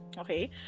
okay